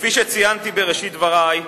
כפי שציינתי בראשית דברי,